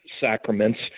sacraments